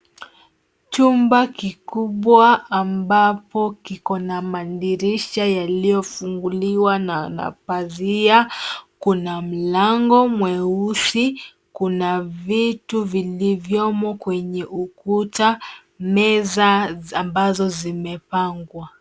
Chumba kikubwa ambapo kiko na madirisha yaliyofunguliwa na pazia. Kuna mlango mweusi. Kuna vitu vilivyomo kwenye ukuta. Meza ambazo zimepangwa.